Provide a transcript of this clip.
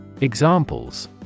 Examples